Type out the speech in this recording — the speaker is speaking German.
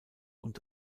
und